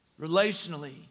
Relationally